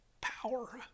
power